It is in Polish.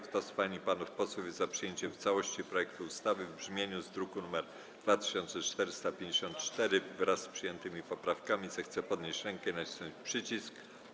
Kto z pań i panów posłów jest za przyjęciem w całości projektu ustawy w brzmieniu z druku nr 2454, wraz z przyjętymi poprawkami, zechce podnieść rękę i nacisnąć przycisk.